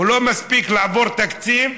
לא מספיק לעבור תקציב,